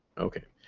ok.